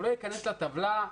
הוא לא ייכנס לטבלה,